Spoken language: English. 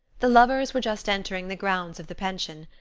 the lovers were just entering the grounds of the pension.